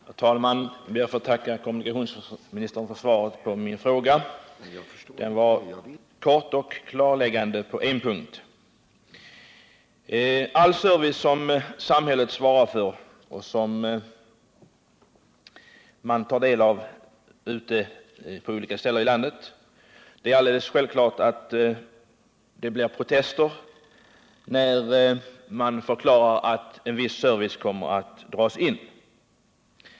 Herr talman! Jag ber att få tacka kommunikationsministern för svaret på min fråga. Det var kort och klarläggande på en punkt. Samhället svarar för en omfattande service som människor på olika ställen ute i landet tar del av. Det är självklart att det blir protester när man förklarar att en viss service kommer att dras in.